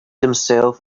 himself